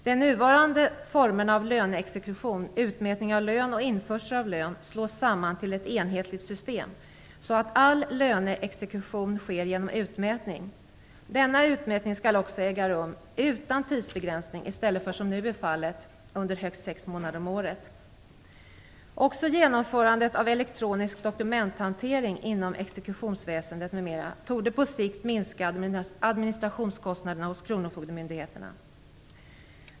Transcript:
De två nuvarande formerna av löneexekution - utmätning av lön och införsel av lön - slås samman till ett enhetligt system, så att all löneexekution sker genom utmätning. Denna utmätning skall också äga rum utan tidsbegränsning i stället för som nu är fallet, under högst sex månader om året. Också genomförandet av elektronisk dokumenthantering inom exekutionsväsendet m.m. torde på sikt minska administrationskostnaderna hos kronofogdemyndigheterna.